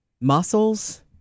muscles